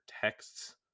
texts